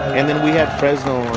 and then we had fresno